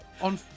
on